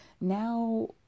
now